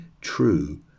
true